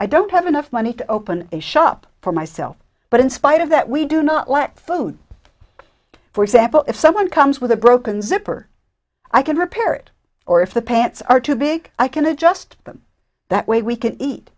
i don't have enough money to open a shop for myself but in spite of that we do not let food for example if someone comes with a broken zipper i can repair it or if the pants are too big i can adjust them that way we can eat